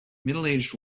middleaged